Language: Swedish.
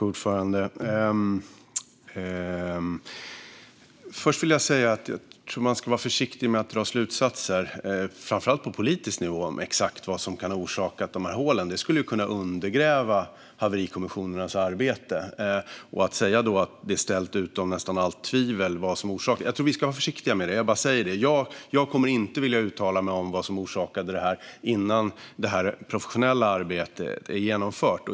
Fru talman! Först vill jag säga att jag tror att man ska vara försiktig med att dra slutsatser, framför allt på politisk nivå, om exakt vad som kan ha orsakat hålen. Det skulle kunna undergräva haverikommissionernas arbete. Jag tror att vi ska vara försiktiga med att säga att det nästan är ställt utom allt tvivel vad som orsakade dem. Jag kommer inte att vilja uttala mig om vad som orsakade detta innan det professionella arbetet är genomfört.